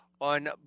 on